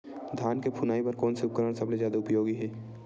धान के फुनाई बर कोन से उपकरण सबले जादा उपयोगी हे?